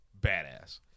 badass